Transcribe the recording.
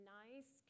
nice